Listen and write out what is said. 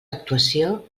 actuació